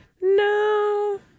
No